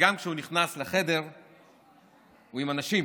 וגם כשהוא נכנס לחדר הוא עם אנשים.